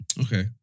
Okay